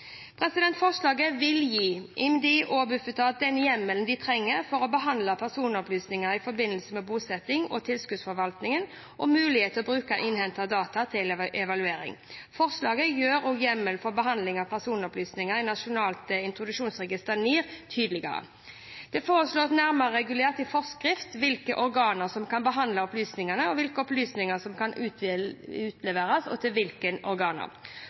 Forslaget vil gi IMDi og Bufetat den hjemmelen de trenger for å behandle personopplysninger i forbindelse med bosetting og tilskuddsforvaltning og muligheter til å bruke innhentede data til evaluering. Forslaget gjør også hjemmelen for behandling av personopplysninger i Nasjonalt introduksjonsregister, NIR, tydeligere. Det foreslås nærmere regulert i forskrift hvilke organer som kan behandle opplysningene, hvilke opplysninger som kan utleveres, og til hvilke organer.